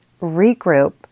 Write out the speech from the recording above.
regroup